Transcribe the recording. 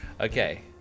Okay